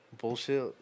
bullshit